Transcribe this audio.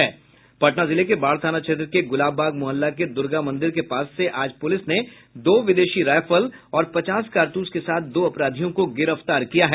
पटना जिले के बाढ़ थाना क्षेत्र के गुलाबबाग मुहल्ला के द्र्गा मंदिर के पास से आज पुलिस ने दो विदेशी रायफल और पचास कारतूस के साथ दो अपराधियों को गिरफ्तार किया है